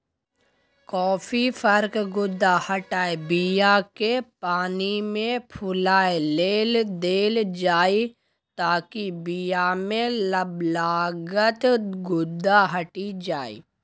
coffee फरक गुद्दा हटाए बीयाकेँ पानिमे फुलए लेल देल जाइ ताकि बीयामे लागल गुद्दा हटि जाइ